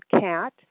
cat